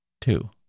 Two